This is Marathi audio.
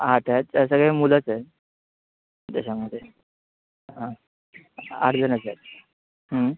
आठ आहेत ते सगळे मुलंच आहे त्याच्यामध्ये हां आठजणच आहेत